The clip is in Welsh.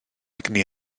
egni